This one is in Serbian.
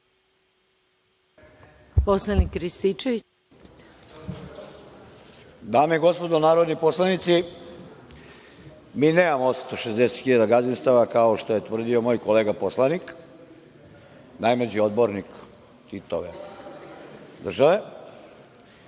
**Marijan Rističević** Dame i gospodo narodni poslanici, mi nemamo 860.000 gazdinstava, kao što je tvrdio moj kolega poslanik, najmlađi odbornik Titove države.